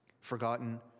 Forgotten